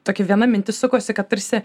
tokie viena mintis sukosi kad tarsi